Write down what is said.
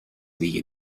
دیگه